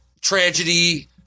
tragedy